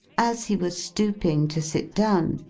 as he was stooping to sit down,